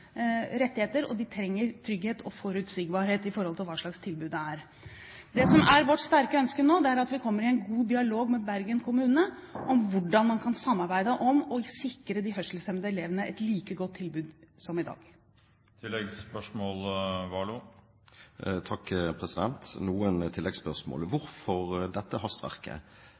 rettigheter, og de trenger trygghet og forutsigbarhet med hensyn til hva slags tilbud det er. Det som er vårt sterke ønske nå, er at vi kommer i en god dialog med Bergen kommune om hvordan man kan samarbeide om å sikre de hørselshemmede elevene et like godt tilbud som i dag. Noen tilleggsspørsmål: Hvorfor dette hastverket